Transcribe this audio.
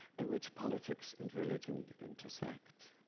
in which politics and religion intersect.